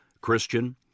Christian